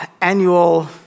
annual